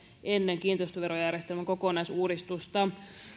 ennen kiinteistöverojärjestelmän kokonaisuudistusta